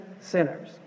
sinners